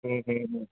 ਹੂੰ ਹੂੰ ਹੂੰ